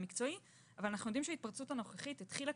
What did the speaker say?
אבל אנחנו יודעים שההתפרצות הנוכחית התחילה,